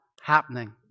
happening